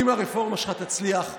אם הרפורמה שלך תצליח,